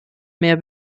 mehr